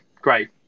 great